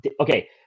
okay